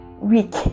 week